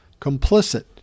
complicit